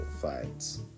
fights